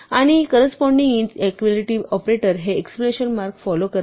आणि corresponding inequality operator हे exclamation mark follow करते